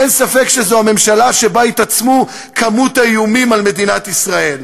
אין ספק שזאת הממשלה שבה התעצמה כמות האיומים על מדינת ישראל.